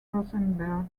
rosenberg